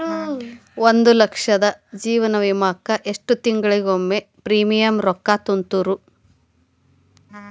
ಒಂದ್ ಲಕ್ಷದ ಜೇವನ ವಿಮಾಕ್ಕ ಎಷ್ಟ ತಿಂಗಳಿಗೊಮ್ಮೆ ಪ್ರೇಮಿಯಂ ರೊಕ್ಕಾ ತುಂತುರು?